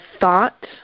thought